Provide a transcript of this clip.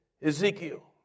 Ezekiel